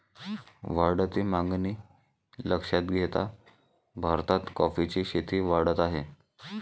वाढती मागणी लक्षात घेता भारतात कॉफीची शेती वाढत आहे